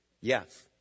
Yes